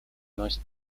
most